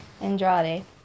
Andrade